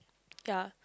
ya